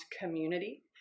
community